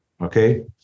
okay